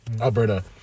Alberta